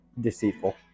deceitful